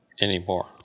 Anymore